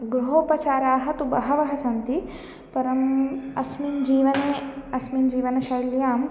गुहोपचाराः तु बहवः सन्ति परम् अस्मिन् जीवने अस्मिन् जीवनशैल्याम्